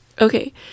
Okay